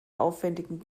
aufwändigen